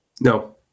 No